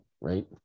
right